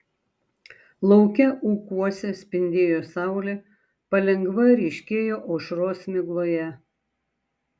lauke ūkuose spindėjo saulė palengva ryškėjo aušros migloje